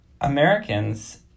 Americans